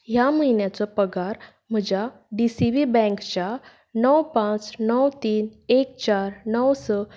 ह्या म्हन्याचो पगार म्हज्या डि सी वी बँकच्या णव पांच णव तीन एक चार णव स